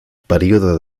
període